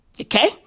Okay